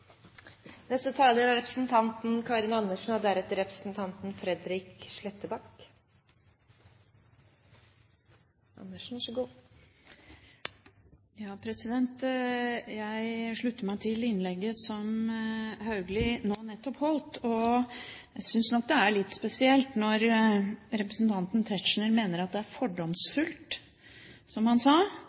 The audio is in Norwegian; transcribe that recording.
Jeg slutter meg til innlegget som Haugli nå nettopp holdt. Jeg synes nok det er litt spesielt når representanten Tetzschner mener at det er «fordomsfullt», som han sa,